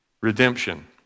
Redemption